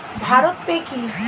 Bharat pay কি?